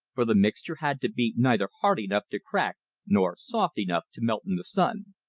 for the mixture had to be neither hard enough to crack nor soft enough to melt in the sun.